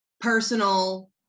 personal